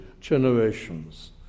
generations